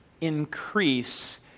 increase